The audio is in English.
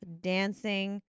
dancing